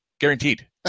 guaranteed